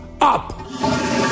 up